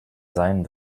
sein